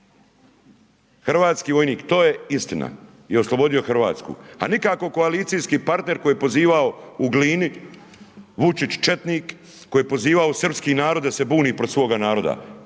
Hrvatski vojnik, to je istina, je oslobodio Hrvatsku, a nikako koalicijski partner, koji je pozivao u Glini, Vučić četnik, koji je pozivao srpski narod, da se buni protiv svoga naroda,